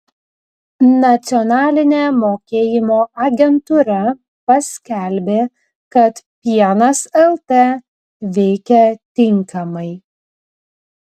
nacionalinė mokėjimo agentūra paskelbė kad pienas lt veikia tinkamai